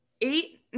eight